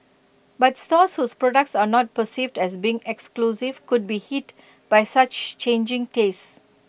but stores whose products are not perceived as being exclusive could be hit by such changing tastes